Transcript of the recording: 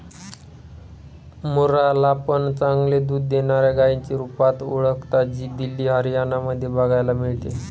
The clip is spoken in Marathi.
मुर्रा ला पण चांगले दूध देणाऱ्या गाईच्या रुपात ओळखता, जी दिल्ली, हरियाणा मध्ये बघायला मिळते